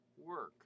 work